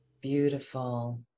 beautiful